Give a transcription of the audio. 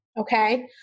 Okay